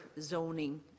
zoning